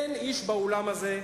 אין איש באולם הזה,